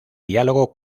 diálogo